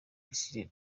this